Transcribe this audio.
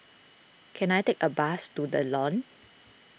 can I take a bus to the Lawn